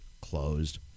closed